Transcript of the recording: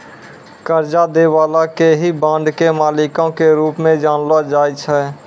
कर्जा दै बाला के ही बांड के मालिको के रूप मे जानलो जाय छै